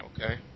Okay